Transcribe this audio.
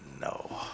No